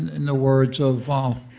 in the words of